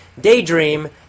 daydream